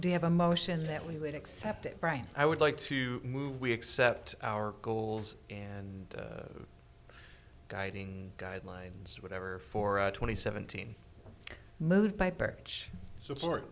we have a motion that we would accept it right i would like to move we accept our goals and guiding guidelines whatever for a twenty seventeen mode by birch support